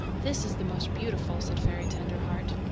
this is the most beautiful, said fairy tenderheart.